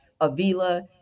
Avila